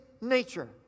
nature